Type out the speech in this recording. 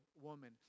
woman